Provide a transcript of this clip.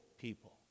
people